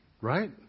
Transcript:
right